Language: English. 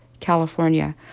California